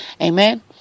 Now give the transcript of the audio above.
Amen